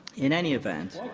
in any event,